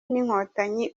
n’inkotanyi